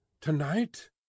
Tonight